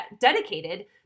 dedicated